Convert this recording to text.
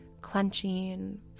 clenching